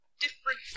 different